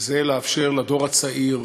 וזה לאפשר לדור הצעיר